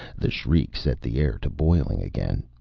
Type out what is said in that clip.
the shriek set the air to boiling again.